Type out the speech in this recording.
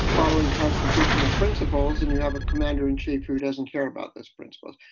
following constitutional principles. and you have a commander in chief who doesn't care about those principles.